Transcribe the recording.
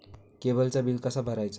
केबलचा बिल कसा भरायचा?